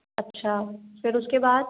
अच्छा फिर उस के बाद